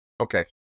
Okay